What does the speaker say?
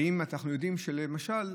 האם אנחנו יודעים, למשל,